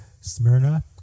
Smyrna